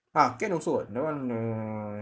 ah can also [what] that one err